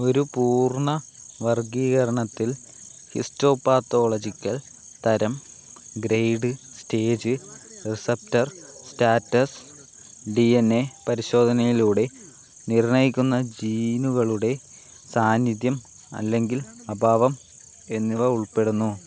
ഒരു പൂർണ്ണ വർഗ്ഗീകരണത്തിൽ ഹിസ്റ്റോ പാത്തോളജിക്കൽ തരം grade stage receptor status D N A പരിശോധനയിലൂടെ നിർണ്ണയിക്കുന്ന ജീനുകളുടെ സാന്നിധ്യം അല്ലെങ്കിൽ അഭാവം എന്നിവ ഉൾപ്പെടുന്നു